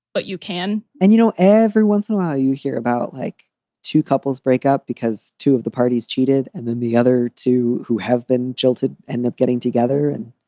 but you can and, you know, every once in a while you hear about like two couples break up because two of the parties cheated and then the other two who have been jilted end up getting together and.